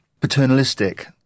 paternalistic